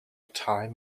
time